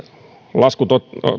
lasku